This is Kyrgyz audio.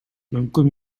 мүмкүн